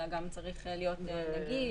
אלא גם צריך להיות נגיש.